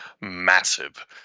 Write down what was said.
massive